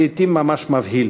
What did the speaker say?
לעתים ממש מבהיל.